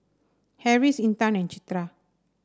Harris Intan and Citra